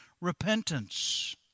repentance